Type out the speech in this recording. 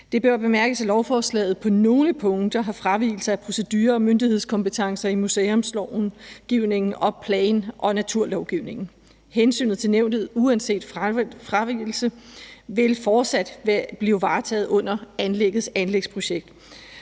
Det bør bemærkes, at lovforslaget på nogle punkter har fravigelse af procedurer og myndighedskompetencer i museumslovgivningen og plan- og naturlovgivningen. Hensynet til det nævnte uanset fravigelse vil fortsat blive varetaget under anlæggets anlægsprojekt.